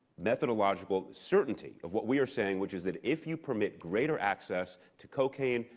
methodological certainty of what we are saying, which is that if you permit greater access to cocaine,